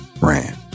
ran